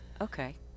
okay